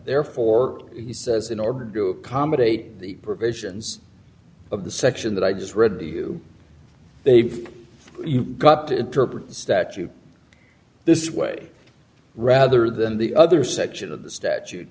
therefore he says in order to accommodate the provisions of the section that i just read to you they've got to drop a statute this way rather than the other section of the statute